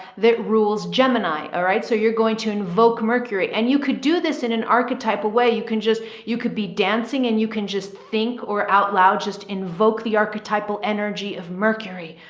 that rules gemini. all right. so you're going to invoke mercury and you could do this in an archetype, a way you can just, you could be dancing and you can just think, or out loud, just invoke the archetypal energy of mercury,